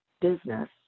business